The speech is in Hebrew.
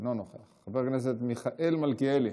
אינו נוכח, חבר הכנסת מיכאל מלכיאלי,